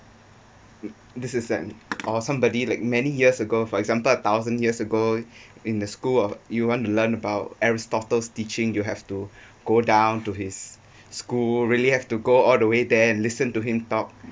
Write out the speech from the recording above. this is an or somebody like many years ago for example a thousand years ago in the school you want to learn about aristotles teaching you have to go down to his school really have to go all the way there and listen to him talk